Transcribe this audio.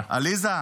עליזה,